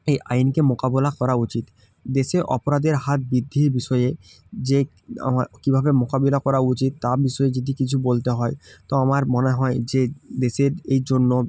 এই আইনকে মোকাবিলা করা উচিত দেশে অপরাধের হার বৃদ্ধির বিষয়ে যে আমা কীভাবে মোকাবিলা করা উচিত তা বিষয়ে যদি কিছু বলতে হয় তো আমার মনে হয় যে দেশের এই জন্য